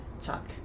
talk